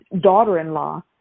daughter-in-law